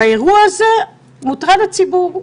באירוע הזה הציבור מוטרד,